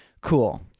cool